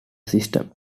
system